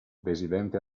residente